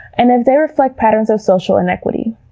and then they reflect patterns of social inequity.